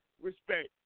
respect